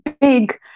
big